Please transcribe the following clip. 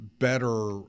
better